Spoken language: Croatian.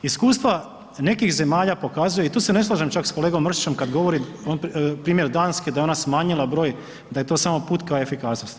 Iskustva nekih zemalja pokazuju i tu se ne slažem čak sa kolegom Mrsićem kad govori, primjer Danske da je ona smanjila broj, da je to samo put ka efikasnosti.